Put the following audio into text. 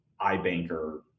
iBanker